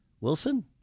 Wilson